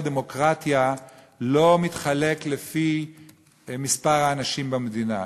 דמוקרטיה לא מתחלק לפי מספר האנשים במדינה.